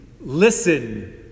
Listen